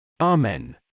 Amen